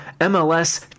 MLS